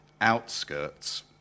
Outskirts